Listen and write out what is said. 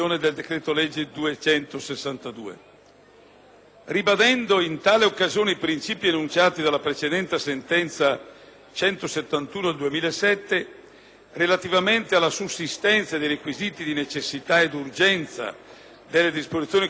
Ribadendo in tale occasione i principi enunciati dalla precedente sentenza n. 171 del 2007, relativamente alla sussistenza dei requisiti di necessità ed urgenza delle disposizioni contenute nei decreti-legge, la Corte ha stabilito